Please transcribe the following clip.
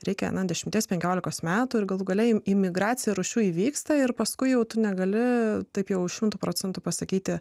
reikia nuo dešimties penkiolikos metų ir galų gale jų imigracija rūšių įvyksta ir paskui jau tu negali taip jau šimtu procentų pasakyti